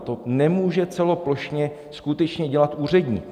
To nemůže celoplošně skutečně dělat úředník.